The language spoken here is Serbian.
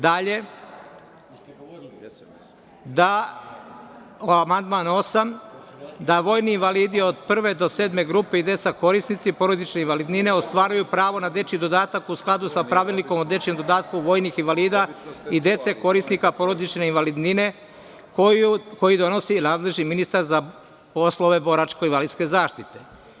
Dalje, amandman 8. da vojni invalidi od prve do sedme grupe, i deca korisnici porodične invalidnine ostvaruju pravo na dečiji dodatak u skladu sa Pravilnikom o dečijem dodatku vojnih invalida i dece korisnika porodične invalidnine, koji donosi nadležni ministar za poslove boračko-invalidske zaštite.